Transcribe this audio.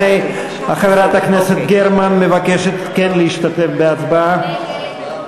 הנה, חברת הכנסת גרמן מבקשת כן להשתתף בהצבעה.